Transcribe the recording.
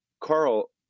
carl